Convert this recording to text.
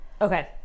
Okay